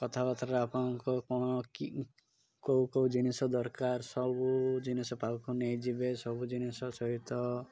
କଥାବାର୍ତ୍ତାରେ ଆପଣଙ୍କ କ'ଣ କେଉଁ କେଉଁ ଜିନିଷ ଦରକାର ସବୁ ଜିନିଷ ପାଖକୁ ନେଇଯିବେ ସବୁ ଜିନିଷ ସହିତ